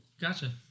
Gotcha